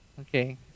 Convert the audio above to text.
Okay